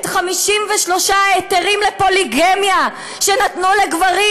את 53 ההיתרים לפוליגמיה שנתנו לגברים,